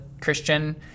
Christian